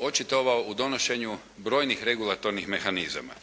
očitovao u donošenju brojnih regulatornih mehanizama.